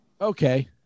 Okay